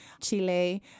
Chile